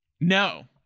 No